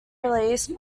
release